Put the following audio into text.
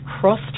cross